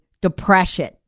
Depression